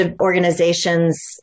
organizations